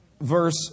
verse